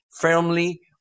firmly